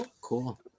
Cool